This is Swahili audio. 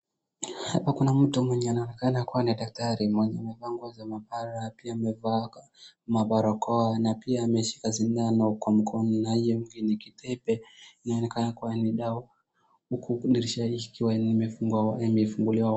Hapa kuna mtu mwenye anaonekana kuwa ni daktari mwenye amevaa nguo za maabara pia amevaa mabarakoa na pia ameshika sindano kwa mkono na hiyo hapo ni kitembe inaonekana kuwa ni dawa huku dirisha ikiwa imefunguliwa.